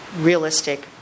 realistic